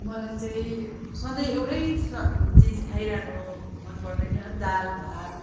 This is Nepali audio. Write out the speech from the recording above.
मलाई चाहिँ सधैँ एउटै स चिज खाइरहनु मनपर्दैन दाल भात